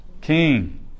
king